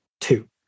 two